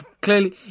Clearly